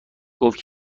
گفت